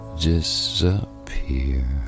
disappear